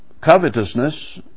covetousness